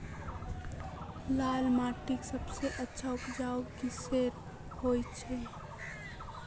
लाल माटित सबसे अच्छा उपजाऊ किसेर होचए?